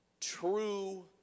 true